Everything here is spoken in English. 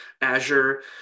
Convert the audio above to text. Azure